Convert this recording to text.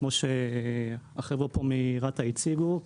כמו שהחברים מרת"ע הציגו,